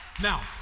Now